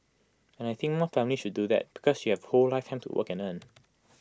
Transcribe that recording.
and I think more families should do that because you have A whole lifetime to work and earn